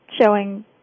showing